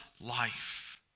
life